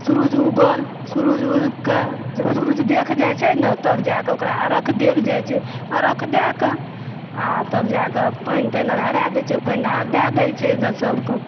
सुरुज उगल सुरुज उगि के जब सुरुज देखा जाय छै ने तब जा के ओकरा अर्घ देल जाइ छै अर्घ दै कऽ आ तब जा कऽ पनि तानि आर हरा दै छै पानि ढारि दय दै छै सबके